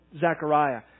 Zachariah